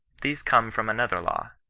these come from another law.